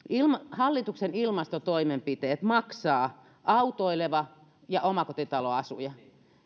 hallituksen ilmastotoimenpiteet maksaa autoileva ja omakotitaloasuja